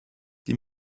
die